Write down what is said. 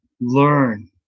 learn